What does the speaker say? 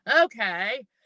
Okay